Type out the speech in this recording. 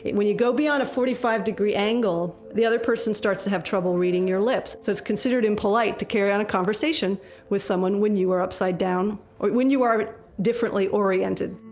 and when you go beyond a forty five degree angle, the other person starts to have trouble reading your lips. so it's considered impolite to carry on a conversation with someone when you are upside down or when you are differently oriented